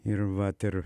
ir vat ir